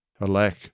Alack